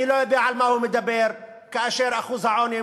אני לא יודע על מה הוא מדבר כאשר אחוז העוני הוא